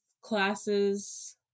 classes